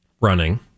running